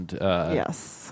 Yes